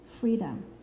freedom